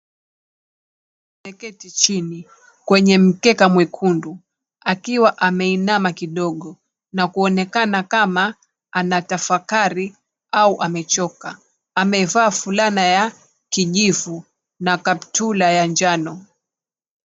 Ameketi chini kwenye mkeka mwekundu akiwa ameinama kidogo na kuonekana kama anatafakari au amechoka . Amevaa fulana ya kujivu na kaptura ya njano.